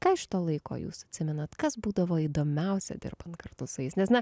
ką iš to laiko jūs atsimenat kas būdavo įdomiausia dirbant kartu su jais nes na